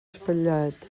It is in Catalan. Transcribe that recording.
espatllat